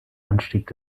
anstieg